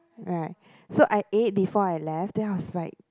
right so I ate before I left then I was like